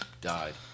died